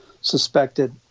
suspected